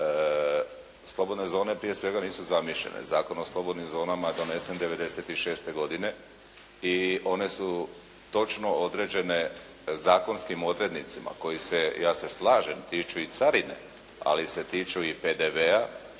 Slobodne zone prije svega nisu zamišljene, Zakon o slobodnim zonama je donesen '96. godine i one su točno određene zakonskim odrednicama koji se, ja se slažem, tiču i carine, ali se tiču i PDV-a,